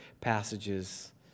passages